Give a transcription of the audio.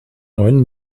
neuen